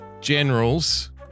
generals